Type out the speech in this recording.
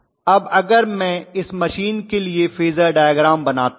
अब अगर मैं इस मशीन के लिए फेजर डायग्राम बनाता हूं